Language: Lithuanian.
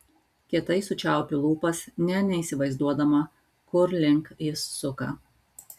kietai sučiaupiu lūpas nė neįsivaizduodama kur link jis suka